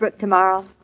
tomorrow